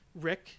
Rick